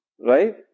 Right